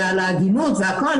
ההגינות והכול,